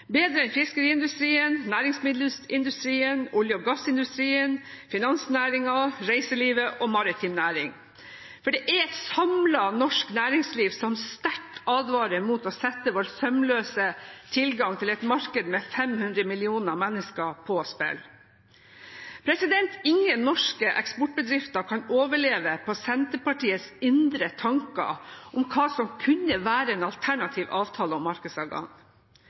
bedre enn fiskeriindustrien, næringsmiddelindustrien, olje- og gassindustrien, finansnæringen, reiselivet og maritim næring. For det er et samlet norsk næringsliv som sterkt advarer mot å sette vår sømløse tilgang til et marked med 500 millioner mennesker på spill. Ingen norske eksportbedrifter kan overleve på Senterpartiets indre tanker om hva som kunne være en alternativ avtale om markedsadgang.